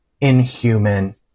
inhuman